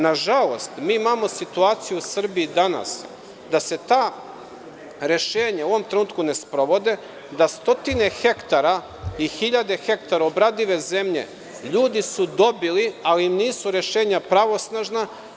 Nažalost, imamo danas situaciju u Srbiji da se ta rešenja u ovom trenutku ne sprovode, da stotine hektara i hiljade hektara obradive zemlje su ljudi dobili, ali nisu rešenja pravosnažna.